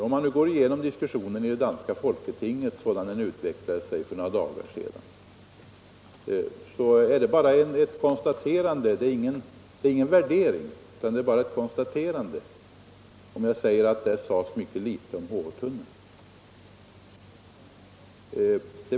Om man går igenom argumenten i diskussionen i det danska folketinget sådan den utvecklade sig för några dagar sedan skall man finna —- det är bara ett konstaterande, inte någon värdering — att det sades mycket litet om HH-tunneln.